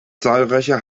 zahlreiche